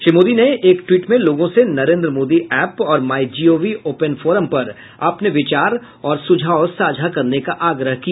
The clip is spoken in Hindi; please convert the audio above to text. श्री मोदी ने एक ट्वीट में लोगों से नरेन्द्र मोदी ऐप और my G O V open forum पर अपने विचार और सुझाव साझा करने का आग्रह किया